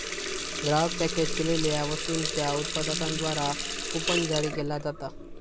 ग्राहक पॅकेज केलेल्यो वस्तूंच्यो उत्पादकांद्वारा कूपन जारी केला जाता